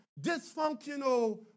dysfunctional